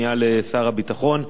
פנייה לשר הביטחון: